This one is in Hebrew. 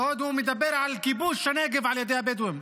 והוא עוד מדבר על כיבוש הנגב על ידי הבדואים.